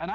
and